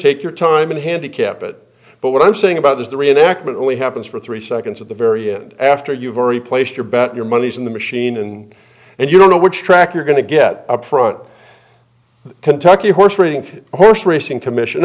take your time and handicap it but what i'm saying about is the reenactment only happens for three seconds at the very end after you've already placed your bet your money is in the machine and and you don't know which track you're going to get up front kentucky horse racing horse racing commission